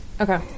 Okay